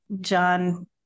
John